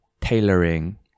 tailoring